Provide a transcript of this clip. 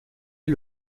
est